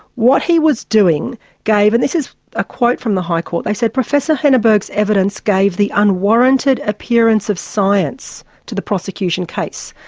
what he was doing gave, and this is a quote from the court, they said, professor henneberg's evidence gave the unwarranted appearance of science to the prosecution case.